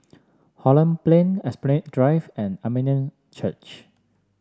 Holland Plain Esplanade Drive and Armenian Church